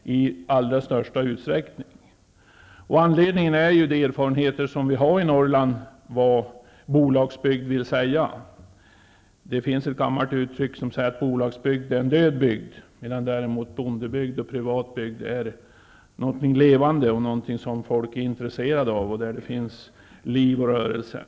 Anledningen därtill är de erfarenheter som vi i Norrland har av bolagsbygd. Det finns ett gammalt uttryck som säger att bolagsbygd är död bygd, medan bondebygd och privat ägd bygd är levande bygd. Den levande bygden är folk intresserad av, och det finns liv och rörelse där.